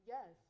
Yes